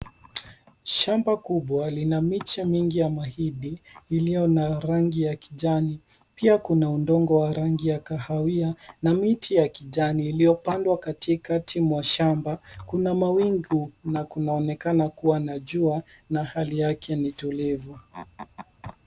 Shamba kubwa lina miche mingi ya mahindi, iliyo na rangi ya kijani. Pia, kuna udongo wa rangi ya kahawia na miti ya kijani iliyopandwa katikati mwa shamba . Kuna mawingu, na kunaonekana kuwa na jua na hali yake ni tulivu.